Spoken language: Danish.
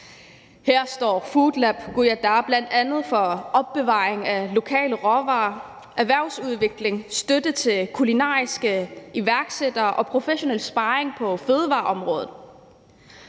Her står Foodlab Kujataa bl.a. for opbevaring af lokale råvarer, erhvervsudvikling, støtte til kulinariske iværksættere og professionel sparring på fødevareområdet.